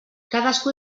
cadascú